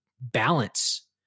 balance